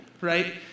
right